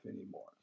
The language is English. anymore